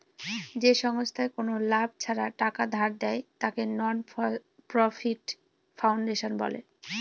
যে সংস্থায় কোনো লাভ ছাড়া টাকা ধার দেয়, তাকে নন প্রফিট ফাউন্ডেশন বলে